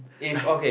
if okay